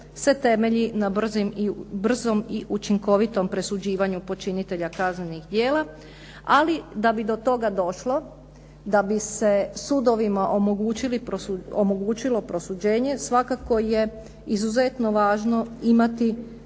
se temelji na brzom i učinkovitom presuđivanju počinitelja kaznenih djela. Ali da bi do toga došlo da bi se sudovima omogućilo prosuđenje, svakako je izuzetno važno ima